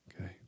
okay